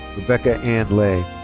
rebecca anne ley.